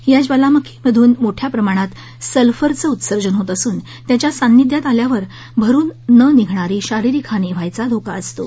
या ज्वालामुखींमधून मोठ्या प्रमाणात सल्फरचं उत्सर्जन होत असून त्याच्या सान्निध्यात आल्यावर भरून न निघणारी शारीरिक हानी व्हायचा धोका असतो